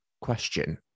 question